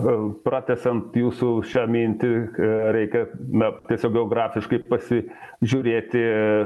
pratęsiant jūsų šią mintį reikia mes tiesiog geografiškai pasižiūrėti